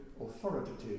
authoritative